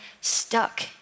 stuck